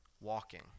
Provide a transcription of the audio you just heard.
walking